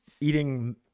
eating